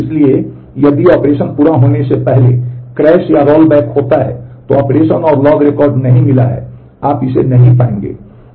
इसलिए यदि ऑपरेशन पूरा होने से पहले क्रैश या रोलबैक होता है तो ऑपरेशन और लॉग रिकॉर्ड नहीं मिला है आप इसे नहीं पाएंगे